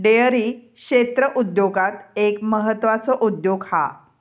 dairy क्षेत्र उद्योगांत एक म्हत्त्वाचो उद्योग हा